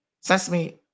Sesame